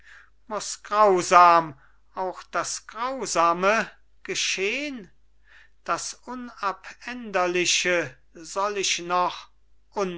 muß grausam auch das grausame geschehn das unabänderliche soll ich noch